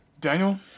Daniel